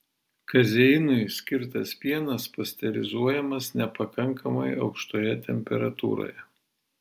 kazeinui skirtas pienas pasterizuojamas nepakankamai aukštoje temperatūroje